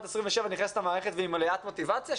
27 שנכנסת למערכת והיא מלאת מוטיבציה,